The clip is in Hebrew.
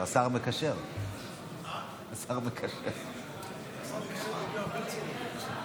עשר דקות לרשותך,